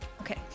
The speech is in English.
Okay